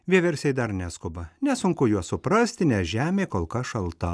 vieversiai dar neskuba nesunku juos suprasti nes žemė kol kas šalta